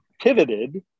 pivoted